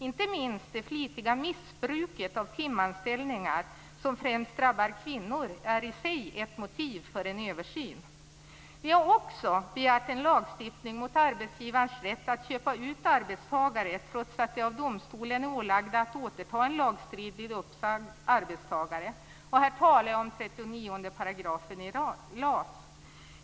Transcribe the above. Inte minst det flitiga missbruket av timanställningar, som främst drabbar kvinnor, är i sig ett motiv för en översyn. Vi har också begärt en lagstiftning mot arbetsgivarens rätt att köpa ut arbetstagare trots att de av domstolen är ålagda att återta en lagstridigt uppsagd arbetstagare. Här talar jag om 39 § i LAS.